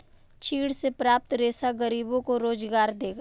चीड़ से प्राप्त रेशा गरीबों को रोजगार देगा